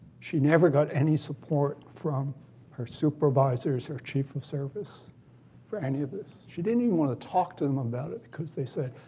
she never got any support from her supervisors or chief of service for any of this. she didn't even want to talk to them about it, because they said,